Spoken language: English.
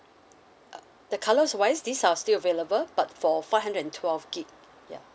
uh the colours wise these are still available but for five hundred and twelve gits ya